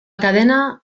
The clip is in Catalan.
cadena